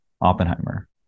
Oppenheimer